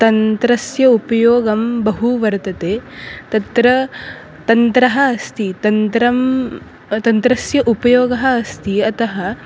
तन्त्रस्य उपयोगं बहु वर्तते तत्र तन्त्रम् अस्ति तन्त्रं तन्त्रस्य उपयोगः अस्ति अतः